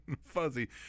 fuzzy